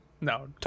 No